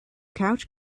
couch